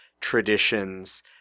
traditions